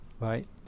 right